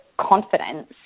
confidence